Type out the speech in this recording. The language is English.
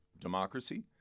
democracy